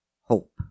hope